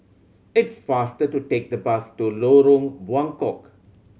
it's faster to take the bus to Lorong Buangkok